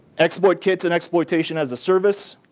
exploit kits and exploitation-as-a-service.